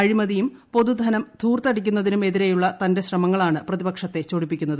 അഴിമതിയ്ക്കും പൊതുധനം ധൂർത്തടിക്കുന്നതിനും എതിരെയുള്ള തന്റെ ശ്രമങ്ങളാണ് പ്രതിപക്ഷത്തെ ചൊടിപ്പിക്കുന്നത്